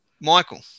Michael